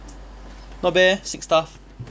not bad eh sick stuff